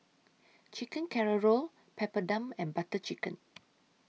Chicken Casserole Papadum and Butter Chicken